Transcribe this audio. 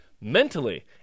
Mentally